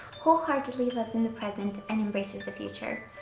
wholeheartedly loves in the present and embraces the future.